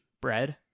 bread